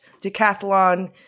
decathlon